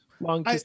long